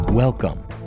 Welcome